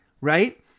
right